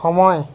সময়